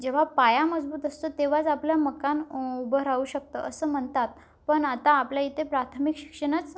जेव्हा पाया मजबूत असतो तेव्हाच आपल्या मकान उभं राहू शकतं असं म्हनतात पण आता आपल्या इथे प्राथमिक शिक्षणच